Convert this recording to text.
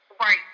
Right